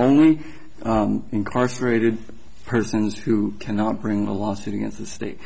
only incarcerated persons who cannot bring a lawsuit against the state